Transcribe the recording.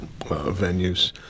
venues